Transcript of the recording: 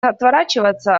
отворачиваться